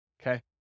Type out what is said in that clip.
okay